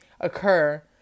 occur